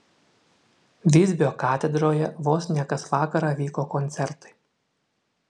visbio katedroje vos ne kas vakarą vyko koncertai